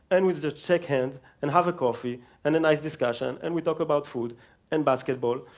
and we just shake hands, and have a coffee and a nice discussion, and we talk about food and basketball.